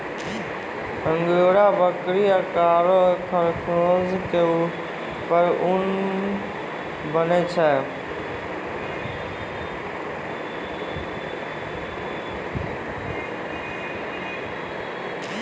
angora बकरी आरो खरगोश के फर सॅ ऊन बनै छै